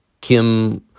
Kim